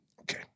Okay